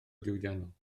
diwydiannol